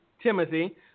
Timothy